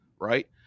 Right